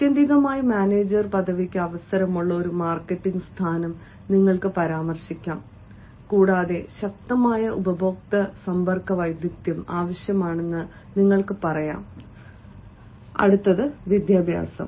ആത്യന്തികമായി മാനേജർ പദവിക്ക് അവസരമുള്ള ഒരു മാർക്കറ്റിംഗ് സ്ഥാനം നിങ്ങൾക്ക് പരാമർശിക്കാം കൂടാതെ ശക്തമായ ഉപഭോക്തൃ സമ്പർക്ക വൈദഗ്ദ്ധ്യം ആവശ്യമാണെന്ന് നിങ്ങൾക്ക് പറയാം അടുത്തത് വിദ്യാഭ്യാസം